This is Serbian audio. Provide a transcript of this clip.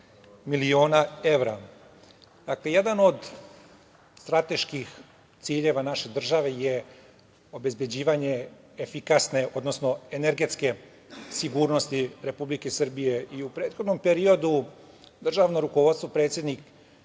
miliona evra. Dakle, jedan od strateških ciljeva naše države je obezbeđivanje efikasne, odnosno energetske sigurnosti Republike Srbije i u prethodnom periodu državno rukovodstvo, predsednik